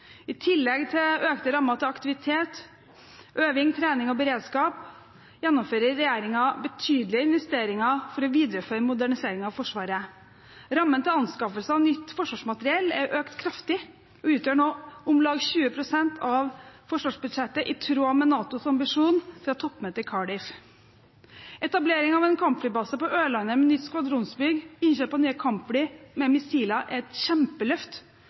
I tillegg til økte rammer til aktivitet, øving, trening og beredskap gjennomfører regjeringen betydelige investeringer for å videreføre moderniseringen av Forsvaret. Rammen til anskaffelser av nytt forsvarsmateriell er økt kraftig og utgjør nå om lag 20 pst. av forsvarsbudsjettet, i tråd med NATOs ambisjon fra toppmøtet i Cardiff. Etablering av en kampflybase på Ørland med nytt skvadronsbygg og innkjøp av nye kampfly med missiler er et kjempeløft,